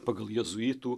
pagal jėzuitų